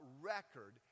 record